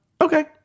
Okay